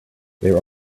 there